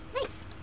nice